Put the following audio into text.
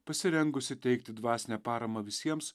pasirengusi teikti dvasinę paramą visiems